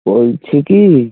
বলছি কি